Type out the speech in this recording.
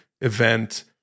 event